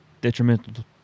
detrimental